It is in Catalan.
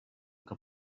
que